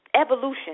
evolution